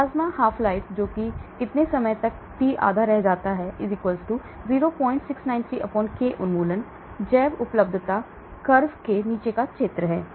plasma आधा जीवन जो कि कितने समय तक टी आधा रह जाता है 0693 K उन्मूलन जैव उपलब्धता वक्र के नीचे का क्षेत्र है